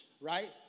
right